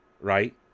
Right